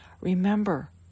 Remember